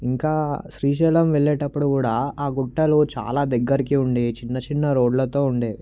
ఇంకా శ్రీశైలం వెళ్ళేటప్పుడు కూడా ఆ గుట్టలు చాలా దగ్గరికి ఉండే చిన్నచిన్న రోడ్లతో ఉండే